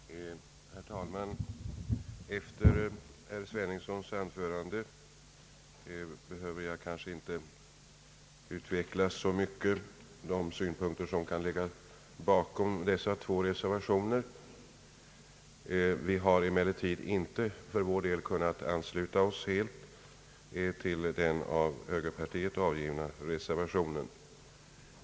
Herr talman! Efter herr Sveningssons anförande behöver jag inte så mycket utveckla de synpunkter som kan ligga bakom de två reservationer som avgivits i detta ärende. Vi har emellertid för vår del inte kunnat helt ansluta oss till den av moderata samlingspartiet avgivna reservationen.